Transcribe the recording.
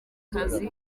kazi